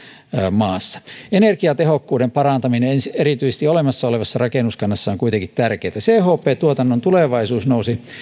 maassa energiatehokkuuden parantaminen erityisesti olemassa olevassa rakennuskannassa on kuitenkin tärkeätä chp tuotannon tulevaisuus nousi